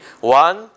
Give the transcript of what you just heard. one